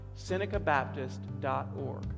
SenecaBaptist.org